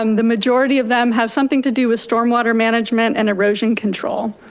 um the majority of them have something to do with storm water management and erosion control.